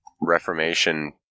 Reformation